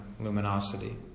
luminosity